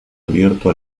abierto